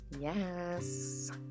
yes